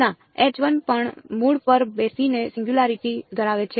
ના પણ મૂળ પર બેસીને સિંગયુંલારીટી ધરાવે છે